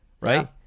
right